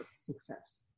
success